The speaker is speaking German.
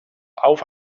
auf